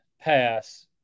pass